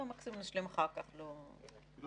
טקס